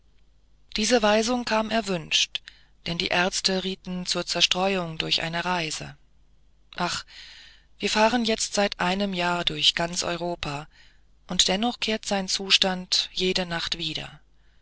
diese weisung kam erwünscht denn die ärzte rieten zur zerstreuung durch eine reise ach wir fahren jetzt seit einem jahr durch ganz europa und dennoch kehrt sein zustand jede nacht wieder